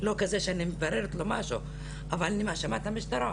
אבל אני מאשימה את המשטרה.